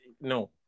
no